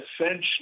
Essentially